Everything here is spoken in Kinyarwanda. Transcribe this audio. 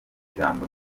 ijambo